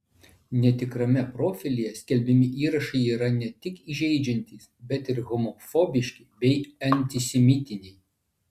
netikrame profilyje skelbiami įrašai yra ne tik žeidžiantys bet ir homofobiški bei antisemitiniai